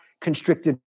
constricted